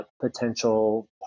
potential